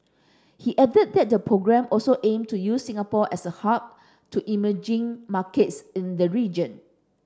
he added that the programme also aim to use Singapore as a hub to emerging markets in the region